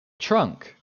trunk